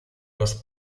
los